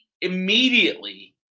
immediately